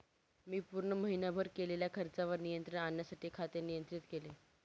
मी पूर्ण महीनाभर केलेल्या खर्चावर नियंत्रण आणण्यासाठी खाते नियंत्रित केले